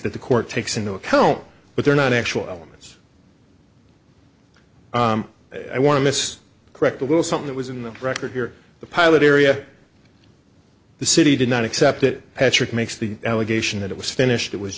that the court takes into account but they're not actually means i want to miss correct a little something that was in the record here the pilot area the city did not accept it patrick makes the allegation that it was finished it was